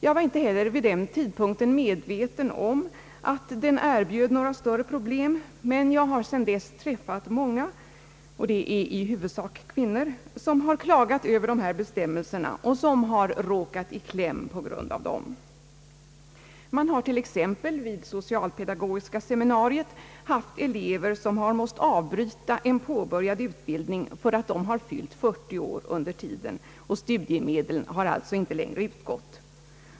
Jag var inte heller vid den tidpunkten medveten om att detta erbjöd några större problem, men jag har sedan dess träffat många — i huvudsak kvinnor — som klagat över dessa bestämmelser och som råkat i kläm på grund av dem. Man har t.ex. vid socialpedagogiska seminariet haft elever som måst avbryta en påbörjad utbildning därför att de fyllt 40 år under tiden och studiemedlen alltså inte längre utgått.